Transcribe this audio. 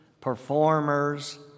performers